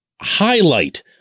highlight